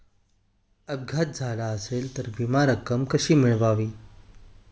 अपघात झाला असेल तर विमा रक्कम कशी मिळवावी?